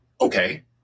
okay